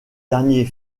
dernier